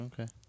Okay